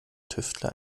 tüftler